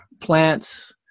plants